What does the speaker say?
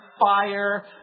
fire